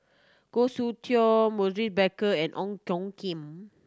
Goh Soon Tioe Maurice Baker and Ong Tjoe Kim